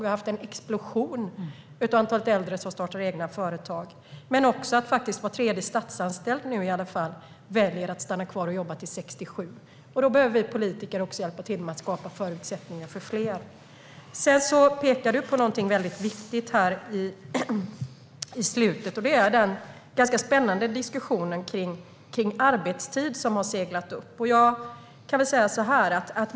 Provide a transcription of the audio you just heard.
Vi har haft en explosion av antalet äldre som startar egna företag. Vi ser också att var tredje statsanställd nu väljer att stanna kvar och jobba till 67 års ålder. Då behöver vi politiker också hjälpa till att skapa förutsättningar för fler. Lotta Finstorp pekar på något viktigt i slutet av sitt anförande, nämligen den ganska spännande diskussion om arbetstid som har seglat upp.